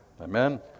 Amen